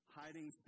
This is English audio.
hiding